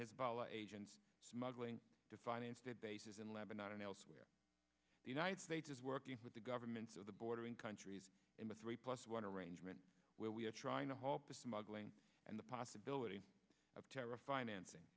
asians smuggling to finance their bases in lebanon and elsewhere the united states is working with the governments of the bordering countries in the three plus one arrangement where we are trying to halt the smuggling and the possibility of terra financing